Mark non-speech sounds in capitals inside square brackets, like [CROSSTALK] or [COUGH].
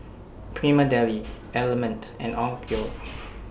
Prima Deli Element and Onkyo [NOISE]